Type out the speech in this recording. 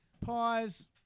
Pause